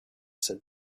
said